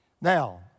Now